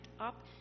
up